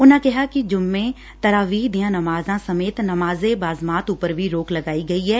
ਉਨਾਂ ਕਿਹਾ ਕਿ ਜੁ ਜੁਮੇ ਤਰਾ ਵੀਹ ਦੀਆਂ ਨਮਜ਼ਾਂ ਸਮੇਤ ਨਮਾਜ਼ ਏ ਬਾਜਮਾਤ ਉਪਰ ਵੀਂ ਰੋਕ ਲਗਾਈ ਗਈ ਐ